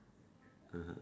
(uh huh)